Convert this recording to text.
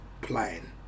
plan